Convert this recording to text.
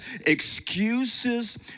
excuses